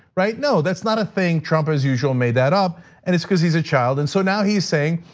right? no, that's not a thing trump as usual made that up and it's cuz he's a child. and so now he is saying,